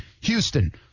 Houston